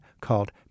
called